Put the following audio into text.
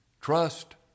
Trust